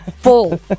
full